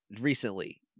recently